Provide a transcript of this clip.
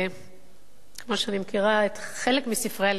וכמו שאני מכירה את חלק מספרי הלימוד,